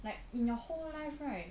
like in your whole life right